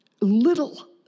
little